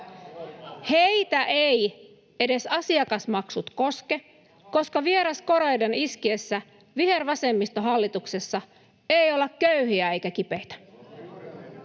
Heitä eivät edes asiakasmaksut koske, koska vieraskoreuden iskiessä vihervasemmistohallituksessa ei olla köyhiä eikä kipeitä.